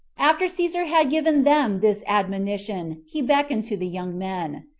after caesar had given them this admonition, he beckoned to the young men.